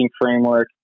framework